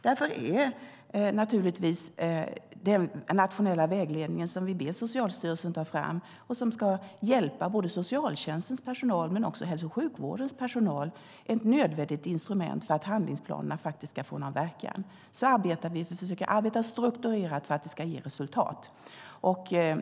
Därför är naturligtvis den nationella vägledningen som vi ber Socialstyrelsen att ta fram och som ska hjälpa både socialtjänstens personal och hälso och sjukvårdens personal ett nödvändigt instrument för att handlingsplanerna faktiskt ska få någon verkan. Så försöker vi arbeta strukturerat för att det ska ge resultat.